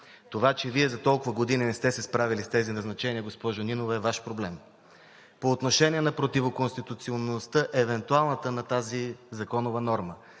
Това, че Вие за толкова години не сте справили с тези назначения, госпожо Нинова, е Ваш проблем! По отношение на противоконституционността – евентуалната, на тази законова норма.